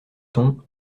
ton